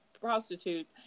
prostitute